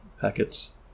packets